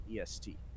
est